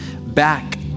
back